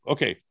Okay